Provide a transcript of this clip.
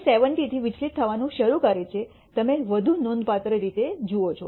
તે 70 થી વિચલિત થવાનું શરૂ કરે છે તમે વધુ નોંધપાત્ર રીતે જુઓ છો